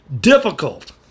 difficult